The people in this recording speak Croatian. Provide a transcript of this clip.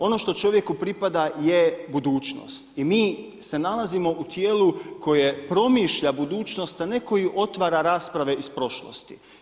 Ono što čovjeku pripada je budućnost i mi se nalazimo u tijelu koje promišlja budućnost, a ne koji otvara rasprave iz prošlosti.